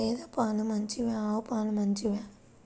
గేద పాలు మంచివా ఆవు పాలు మంచివా?